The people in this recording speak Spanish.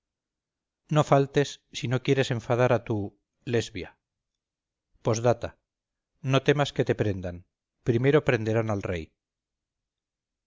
no faltes si no quieres enfadar a tu lesbia p d no temas que te prendan primero prenderán al rey